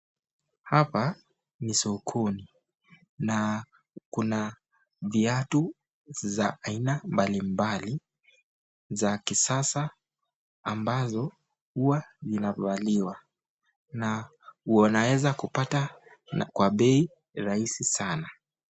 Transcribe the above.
Hapa ni sokoni na kuna viatu za aina mbalimbali za kisasa ambazo huwa inavaliwa na huwa unaeza kupata kwa bei rahisi sana.